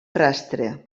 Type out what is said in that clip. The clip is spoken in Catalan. rastre